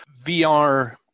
VR